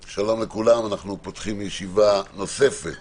שלום לכולם, אנחנו פותחים ישיבה נוספת